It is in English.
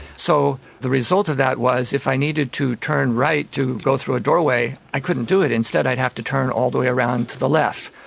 so the result of that was if i needed to turn right to go through a doorway i couldn't do it, instead i'd have to turn all the way around to the left.